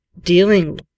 dealing